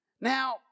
Now